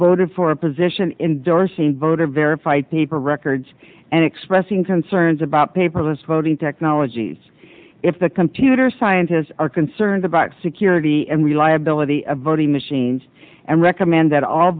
for a position indoors a voter verified paper records and expressing concerns about paperless voting technologies if the computer scientists are concerned about security and reliability of voting machines and recommend that all